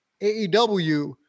AEW